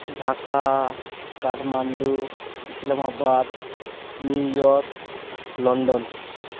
Dhaka Kathmandu Islamabad New York London